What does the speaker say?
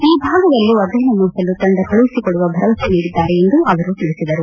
ಈ ಭಾಗದಲ್ಲೂ ಅಧ್ಯಯನ ನಡೆಸಲು ತಂಡ ಕಳುಹಿಸಿಕೊಡುವ ಭರವಸೆ ನೀಡಿದ್ದಾರೆ ಎಂದು ಅವರು ತಿಳಿಸಿದರು